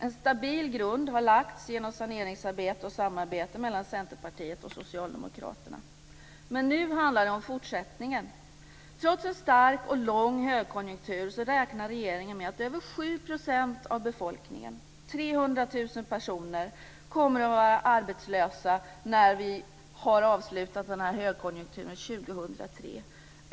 En stabil grund har lagts genom saneringsarbetet och samarbetet mellan Centerpartiet och Socialdemokraterna. Men nu handlar det om fortsättningen. Trots en stark och lång högkonjunktur räknar regeringen med att över 7 % av befolkningen, 300 000 personer, kommer att vara arbetslösa när vi har avslutat den här högkonjunkturen 2003.